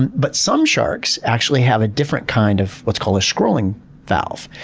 and but some sharks actually have a different kind of what's called a scrolling valve.